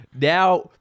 now